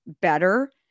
better